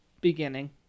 beginning